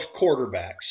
quarterbacks